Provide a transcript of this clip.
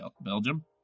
Belgium